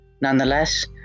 Nonetheless